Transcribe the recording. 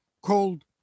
called